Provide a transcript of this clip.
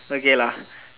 okay lah